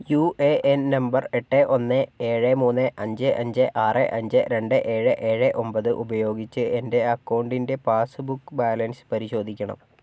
U A N number എട്ട് ഒന്ന് ഏഴ് മൂന്ന് അഞ്ച് അഞ്ച് ആറ് അഞ്ച് രണ്ട് ഏഴ് ഏഴ് ഒൻപത് ഉപയോഗിച്ച് എൻ്റെ അക്കൗണ്ടിൻ്റെ പാസ്ബുക്ക് ബാലൻസ് പരിശോധിക്കണം